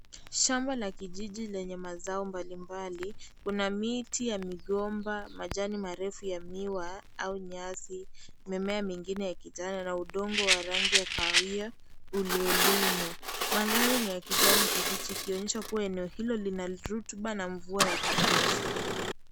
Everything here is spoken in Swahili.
Shamba la kijiji lenye mazao mbalimbali. Kuna miti ya migomba, majani marefu ya miwa au nyasi, mimea mengine ya kijana na udongo wa rangi ya kahawia uliolimwa. Mandhari ni ya kijani kibichi ikionyesha kuwa eneo hilo lina rutuba na mvua ya kutosha.